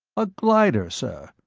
a glider, sir.